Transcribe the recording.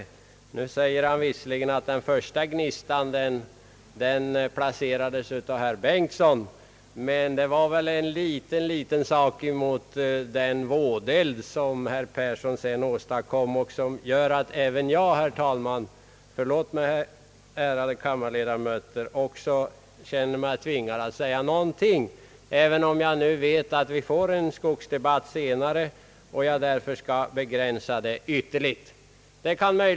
Herr Persson säger visserligen att den första gnistan kastades av herr Bengtson, men den brasan var väl ringa jämfört med den vådeld som herr Persson sedan åstadkom och som även jag, herr talman — förlåt mig, ärade kammarledamöter — känner mig manad att beröra med några ord. Vi får ju en skogsdebatt senare, och jag skall därför begränsa mig till det yttersta.